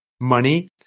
money